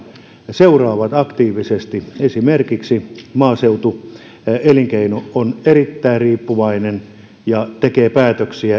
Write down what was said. seuraavat sitä aktiivisesti esimerkiksi maaseutu elinkeino on erittäin riippuvainen ilmatieteen laitoksesta ja tekee päätöksiä